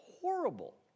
horrible